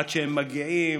עד שהם מגיעים,